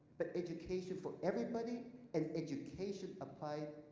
but education for everybody and education applied